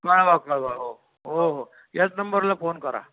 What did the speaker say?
कळवा कळवा हो हो हो याच नंबरला फोन करा